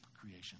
creation